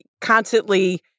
constantly